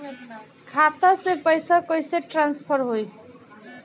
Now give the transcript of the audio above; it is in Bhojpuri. खाता से पैसा कईसे ट्रासर्फर होई?